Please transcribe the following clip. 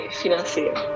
financeiro